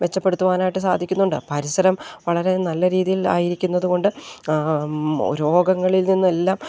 മെച്ചപ്പെടുത്തുവാനായിട്ട് സാധിക്കുന്നുണ്ട് പരിസരം വളരെ നല്ല രീതിയിൽ ആയിരിക്കുന്നതു കൊണ്ട് രോഗങ്ങളിൽ നിന്നെല്ലാം